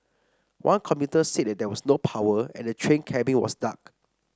one commuter said there was no power and the train cabin was dark